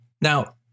Now